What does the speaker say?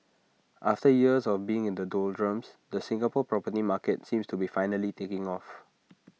after years of being in the doldrums the Singapore property market seems to be finally taking off